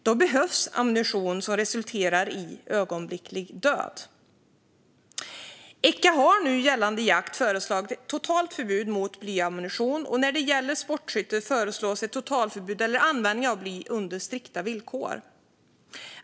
Då behövs ammunition som resulterar i ögonblicklig död. Echa har nu gällande jakt föreslagit ett totalförbud mot blyammunition, och när det gäller sportskytte föreslås ett totalförbud eller användning av bly under strikta villkor.